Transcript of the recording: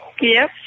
Yes